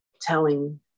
telling